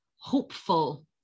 hopeful